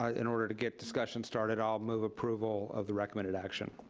ah in order to get discussions started. i'll move approval of the recommended action.